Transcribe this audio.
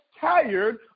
tired